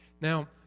Now